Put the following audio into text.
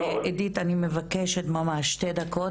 ועידית אני מבקשת ממש שתי דקות,